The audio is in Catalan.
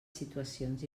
situacions